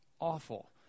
awful